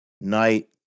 night